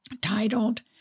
titled